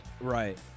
Right